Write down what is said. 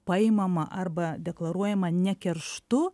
paimama arba deklaruojama ne kerštu